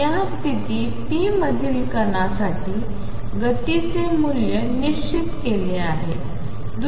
या स्थिती p मधील कणासाठी गतीचे मूल्य निश्चित केले आहे